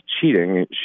cheating